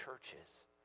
churches